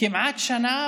כמעט שנה,